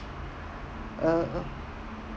uh a